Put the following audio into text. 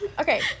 Okay